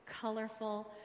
colorful